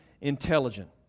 intelligent